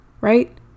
right